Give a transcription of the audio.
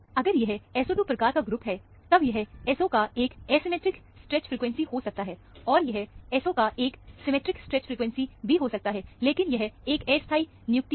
अगर यह SO2 प्रकार का ग्रुप है तब यह SO का एक एसिमिट्रिक स्ट्रैच फ्रिकवेंसी हो सकता है और यह SO का एक सिमिट्रिक स्ट्रैच फ्रिकवेंसी भी हो सकता है लेकिन यह एक अस्थाई नियुक्ति है